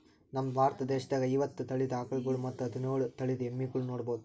ನಮ್ ಭಾರತ ದೇಶದಾಗ್ ಐವತ್ತ್ ತಳಿದ್ ಆಕಳ್ಗೊಳ್ ಮತ್ತ್ ಹದಿನೋಳ್ ತಳಿದ್ ಎಮ್ಮಿಗೊಳ್ ನೋಡಬಹುದ್